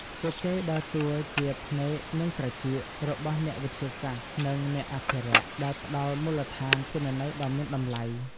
ពួកគេដើរតួជា ភ្នែក និងត្រចៀក របស់អ្នកវិទ្យាសាស្ត្រ និងអ្នកអភិរក្ស ដែលផ្តល់មូលដ្ឋានទិន្នន័យដ៏មានតម្លៃ។